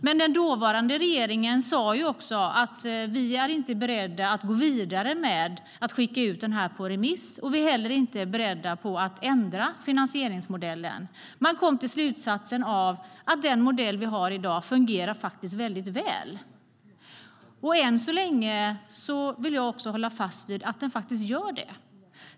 Men den dåvarande regeringen sa att man inte var beredd att skicka ut den på remiss och att man inte var beredd att ändra finansieringsmodellen. Man kom till slutsatsen att den modell vi har i dag fungerar väl, och än så länge vill jag hålla fast vid att den faktiskt gör det.